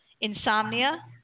insomnia